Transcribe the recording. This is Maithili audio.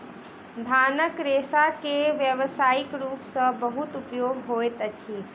धानक रेशा के व्यावसायिक रूप सॅ बहुत उपयोग होइत अछि